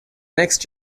next